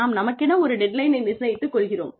நாம் நமக்கென ஒரு டெட் லைனை நிர்ணயித்துக் கொள்கிறோம்